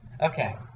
okay